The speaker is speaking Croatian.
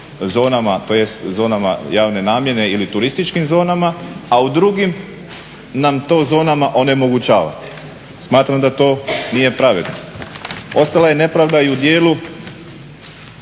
zonama tj. zonama javne namjene ili turističkim zonama, a u drugim nam to u zonama onemogućava. Smatram da to nije pravedno. Ostala je nepravda i u dijelu